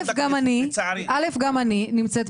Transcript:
בנוסף, ובזה אני אסיים.